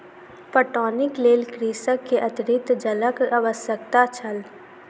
पटौनीक लेल कृषक के अतरिक्त जलक आवश्यकता छल